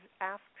asked